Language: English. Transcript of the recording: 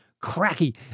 Cracky